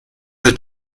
the